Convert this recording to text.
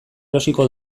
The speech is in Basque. erosiko